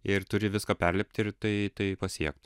ir turi viską perlipti ir tai tai pasiekt